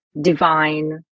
divine